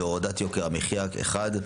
להורדת יוקר המחיה אחת,